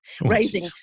raising